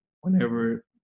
whenever